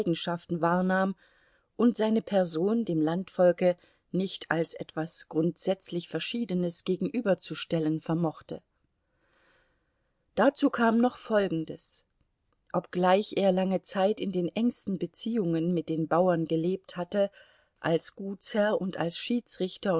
wahrnahm und seine person dem landvolke nicht als etwas grundsätzlich verschiedenes gegenüberzustellen vermochte dazu kam noch folgendes obgleich er lange zeit in den engsten beziehungen mit den bauern gelebt hatte als gutsherr und als schiedsrichter